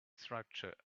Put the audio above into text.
structure